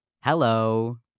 hello